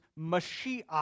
Mashiach